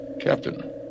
Captain